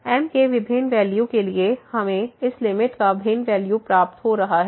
m के विभिन्न value के लिए हमें इस लिमिट का भिन्न वैल्यू प्राप्त हो रहा है